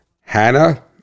Hannah